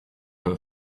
her